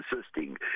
assisting